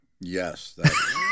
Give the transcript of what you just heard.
Yes